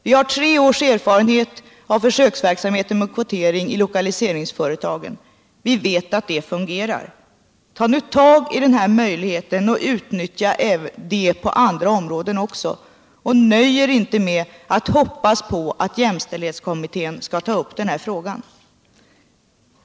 Vi har tre års erfarenhet av försöksverksamhet med kvotering till lokaliseringsföretagen, och vi vet att den fungerar. Ta nu tag i den möjligheten och utnyttja den på andra områden också, och nöj er inte med att hoppas på att jämställdshetskommittén skall ta upp den här frågan!